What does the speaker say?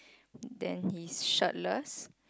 then he's shirtless